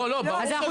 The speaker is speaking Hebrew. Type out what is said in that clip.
לא, לא, ברור שלא.